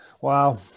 wow